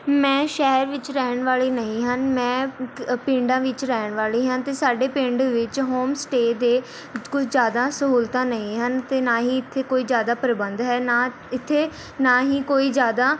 ਮੈਂ ਸ਼ਹਿਰ ਵਿੱਚ ਰਹਿਣ ਵਾਲੀ ਨਹੀਂ ਹਨ ਮੈਂ ਪਿੰਡਾਂ ਵਿੱਚ ਰਹਿਣ ਵਾਲੀ ਹਾਂ ਅਤੇ ਸਾਡੇ ਪਿੰਡ ਵਿੱਚ ਹੋਮਸਟੇਅ ਦੇ ਕੁਝ ਜ਼ਿਆਦਾ ਸਹੂਲਤਾਂ ਨਹੀਂ ਹਨ ਅਤੇ ਨਾ ਹੀ ਇੱਥੇ ਕੋਈ ਜ਼ਿਆਦਾ ਪ੍ਰਬੰਧ ਹੈ ਨਾ ਇੱਥੇ ਨਾ ਹੀ ਕੋਈ ਜ਼ਿਆਦਾ